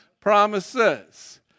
Promises